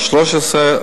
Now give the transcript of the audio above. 13,